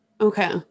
Okay